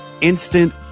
Instant